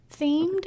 themed